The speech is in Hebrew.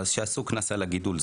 אז שיעשו קנס על הגידול.